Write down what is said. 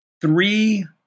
three